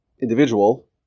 individual